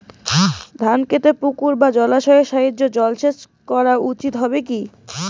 ধান খেতে পুকুর বা জলাশয়ের সাহায্যে জলসেচ করা উচিৎ হবে কি?